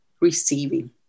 receiving